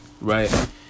right